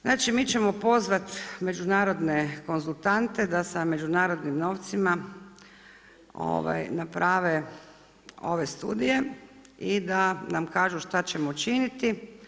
Znači mi ćemo pozvati međunarodne konzultante da sa međunarodnim novcima naprave ove studije i da nam kažu šta ćemo učiniti.